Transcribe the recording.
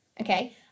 Okay